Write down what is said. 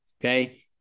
Okay